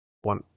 One